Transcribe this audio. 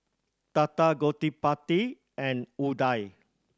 Tata Gottipati and Udai